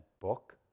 book